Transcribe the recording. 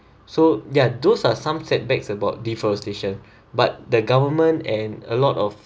so yeah those are some setbacks about deforestation but the government and a lot of